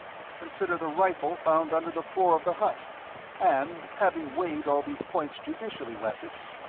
consider the rifle found under the floor of the hut and, having weighed all these points judicially, wessex,